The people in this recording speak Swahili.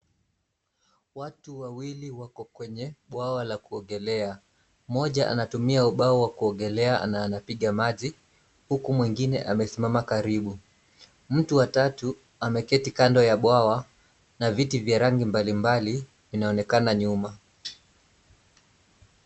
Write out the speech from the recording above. Watu wawili wako kwenye bwawa la kuogelea. Mmoja anatumia ubao wa kuogelea na anapiga maji huku mwingine amesimama karibu. Mtu wa tatu ameketi kando ya bwawa na viti vya rangi mbalimbali vinaonekana nyuma.